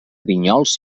vinyols